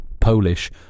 Polish